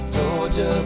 Georgia